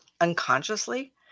Unconsciously